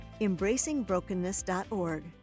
embracingbrokenness.org